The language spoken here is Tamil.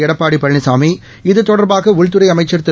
எடப்பாடி பழனிசாமி இத்தொடர்பாக உள்துறை அமைச்சர் திரு